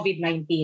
COVID-19